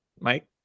mike